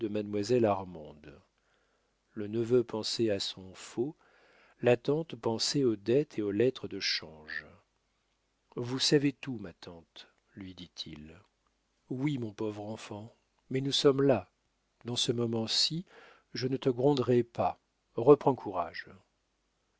armande le neveu pensait à son faux la tante pensait aux dettes et aux lettres de change vous savez tout ma tante lui dit-il oui mon pauvre enfant mais nous sommes là dans ce moment-ci je ne te gronderai pas reprends courage